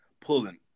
pulling